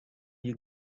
you